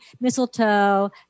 mistletoe